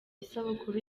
isabukuru